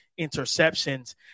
interceptions